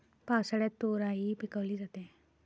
पावसाळ्यात तोराई पिकवली जाते